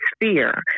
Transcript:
fear